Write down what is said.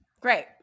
great